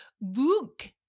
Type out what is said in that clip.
Book